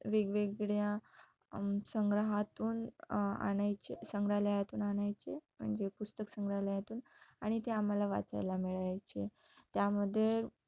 वेगवेगळ्या संग्रहातून आणायचे संग्रहालयातून आणायचे म्हणजे पुस्तक संग्रहालयातून आणि ते आम्हाला वाचायला मिळायचे त्यामध्ये